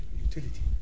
utility